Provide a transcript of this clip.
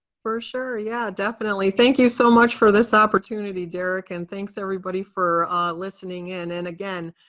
for sure, yeah, definitely. thank you so much for this opportunity derek, and thanks everybody for listening in. and again,